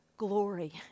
glory